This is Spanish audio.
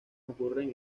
ocurren